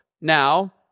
now